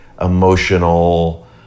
emotional